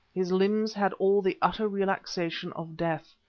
his limbs had all the utter relaxation of death.